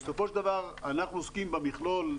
בסופו של דבר אנחנו עוסקים במכלול.